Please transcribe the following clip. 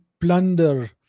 plunder